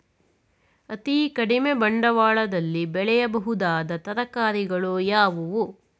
ಅತೀ ಕಡಿಮೆ ಬಂಡವಾಳದಲ್ಲಿ ಬೆಳೆಯಬಹುದಾದ ತರಕಾರಿಗಳು ಯಾವುವು?